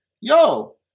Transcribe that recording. yo